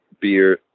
beer